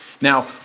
Now